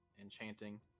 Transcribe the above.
Enchanting